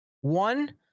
One